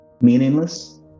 meaningless